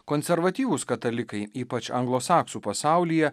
konservatyvūs katalikai ypač anglosaksų pasaulyje